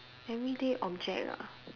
everyday object ah